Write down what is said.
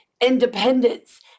independence